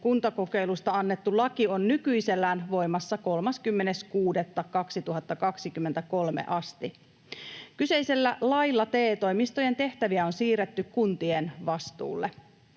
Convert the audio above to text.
kuntakokeilusta annettu laki on nykyisellään voimassa 30.6.2023 asti. Kyseisellä lailla TE-toimistojen tehtäviä on siirretty kuntien vastuulle.